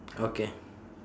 okay